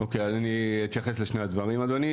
אני אתייחס לשני הדברים אדוני,